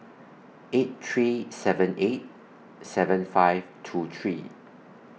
eight three seven eight seven five two three